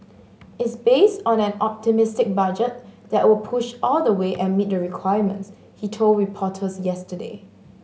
is based on an optimistic budget that will push all the way and meet the requirements he told reporters yesterday